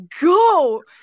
go